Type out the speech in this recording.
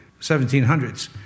1700s